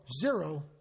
zero